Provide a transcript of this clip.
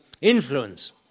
influence